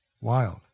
wild